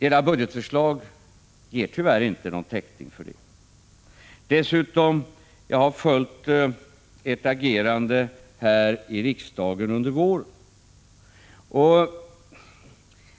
Era budgetförslag ger tyvärr inte någon täckning för detta. Jag har följt de borgerliga partiernas agerande här i riksdagen under våren.